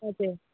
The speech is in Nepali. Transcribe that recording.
हजुर